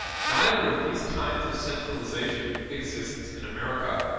neither of these kinds of centralization exists in america.